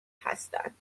هستند